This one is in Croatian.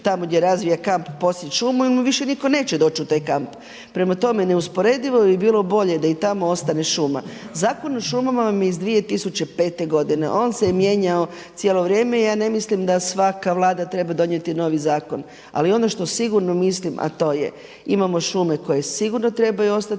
tamo gdje razvija kamp posjeći šumu jer mu nitko više neće doći u taj kamp. Prema tome, neusporedivo bi bilo bolje da i tamo ostane šuma. Zakon o šumama iz 2005. godine, on se mijenjao cijelo vrijeme i ja ne mislim da svaka Vlada treba donijeti novi zakon ali ono što sigurno mislim a to je imamo šume koje sigurno trebaju ostati